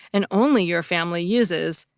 and only your family, uses,